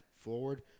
forward